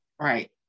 Right